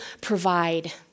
provide